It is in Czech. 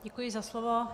Děkuji za slovo.